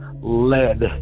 lead